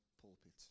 pulpit